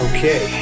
Okay